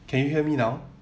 can you hear me now